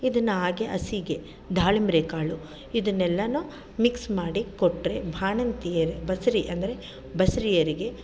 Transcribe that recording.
ಇದನ್ನು ಹಾಗೆ ಹಸಿಗೆ ದಾಳಿಂಬೆ ಕಾಳು ಇದನ್ನೆಲ್ಲವೂ ಮಿಕ್ಸ್ ಮಾಡಿ ಕೊಟ್ಟರೆ ಬಾಣಂತಿಯರು ಬಸುರಿ ಅಂದರೆ ಬಸುರಿಯರಿಗೆ